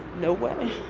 no way.